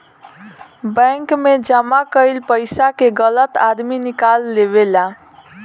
bank मे जमा कईल पइसा के गलत आदमी निकाल लेवेला